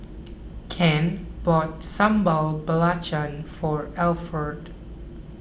Ken bought Sambal Belacan for Alford